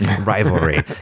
rivalry